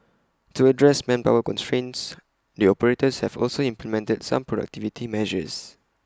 to address manpower constraints the operators have also implemented some productivity measures